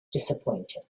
disappointed